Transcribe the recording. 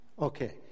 Okay